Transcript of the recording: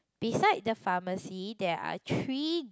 beside the pharmacy there are three